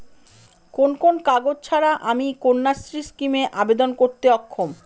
কোন কোন কাগজ ছাড়া আমি কন্যাশ্রী স্কিমে আবেদন করতে অক্ষম?